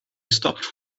stopped